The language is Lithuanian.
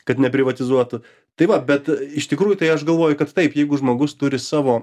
kad neprivatizuotų tai va bet iš tikrųjų tai aš galvoju kad taip jeigu žmogus turi savo